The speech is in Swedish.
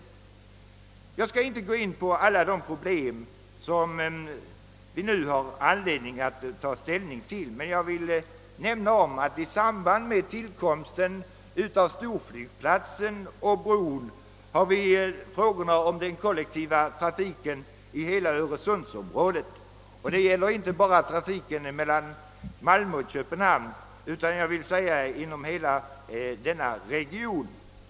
Jag skall inte gå in på alla de problem som vi nu har anledning att ta ställning till, men jag vill nämna att det i samband med tillkomsten av storflygplatsen och bron gäller att ta upp frågorna om den kollektiva trafiken i hela öresundsområdet. Det gäller inte bara trafiken mellan Malmö och Köpenhamn utan trafiken inom hela denna region.